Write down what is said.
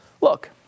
look